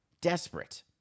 desperate